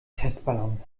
testballon